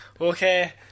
Okay